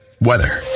Weather